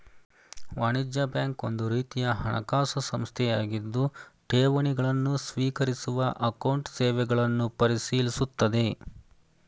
ವಾಣಿಜ್ಯ ಬ್ಯಾಂಕ್ ಒಂದುರೀತಿಯ ಹಣಕಾಸು ಸಂಸ್ಥೆಯಾಗಿದ್ದು ಠೇವಣಿ ಗಳನ್ನು ಸ್ವೀಕರಿಸುವ ಅಕೌಂಟ್ ಸೇವೆಗಳನ್ನು ಪರಿಶೀಲಿಸುತ್ತದೆ